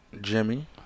Jimmy